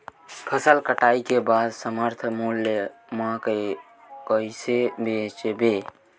फसल कटाई के बाद समर्थन मूल्य मा कइसे बेचबो?